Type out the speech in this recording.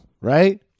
right